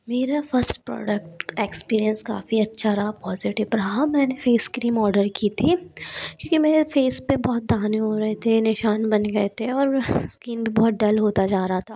मेरा first product experience काफ़ी अच्छा रहा पॉज़ीटिब रहा मैंने फेसक्रीम ऑर्डर की थी क्योंकि मेरे फेस पे बहुत दाने हो रहे थे निशान बन गए थे और इस्किन बहुत डल होता जा रहा था